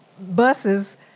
buses